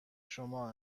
شما